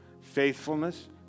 faithfulness